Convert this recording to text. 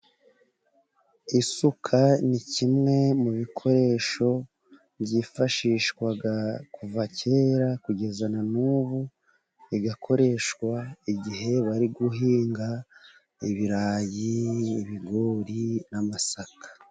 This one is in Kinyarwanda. Isuka ni kimwe mu bikoresho ,byifashishwa kuva kera kugeza nan'ubu .Bigakoreshwa igihe bari guhinga ibirayi, ibigori n'amasaka.